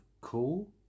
cool